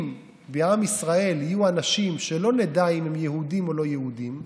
אם בעם ישראל יהיו אנשים שלא נדע אם הם יהודים או לא יהודים,